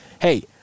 hey